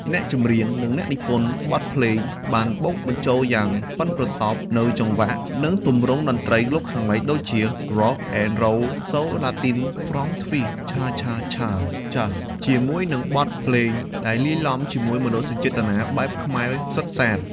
អ្នកចម្រៀង និងអ្នកនិពន្ធបទភ្លេងបានបូកបញ្ចូលយ៉ាងប៉ិនប្រសប់នូវ ចង្វាក់ និងទម្រង់តន្ត្រីលោកខាងលិច ដូចជា Rock and Roll Soul Latin Funk Twist Cha-cha-cha Jazz ជាមួយនឹងបទភ្លេង ដែលលាយទ្បំជាមួយមនោសញ្ចេតនាបែបខ្មែរសុទ្ធសាធ។